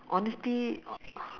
honesty